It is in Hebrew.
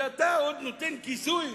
ואתה עוד נותן כיסוי,